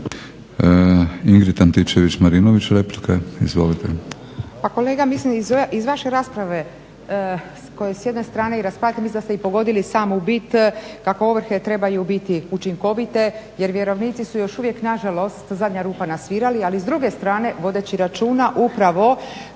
Ingrid Antičević-Marinović, replika.